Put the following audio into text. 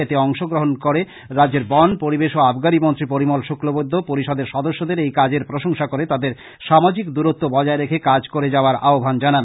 এতে অংশগ্রহন করে রাজ্যের বন পরিবেশ ও আবগারী মন্ত্রী পরিমল শুক্লবৈদ্য পরিষদের সদস্যদের এই কাজের প্রশংসা করে তাদের সামাজিক দূরত্ব বজায় রেখে কাজ করে যাবার আহ্বান জানান